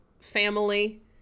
family